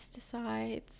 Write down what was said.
pesticides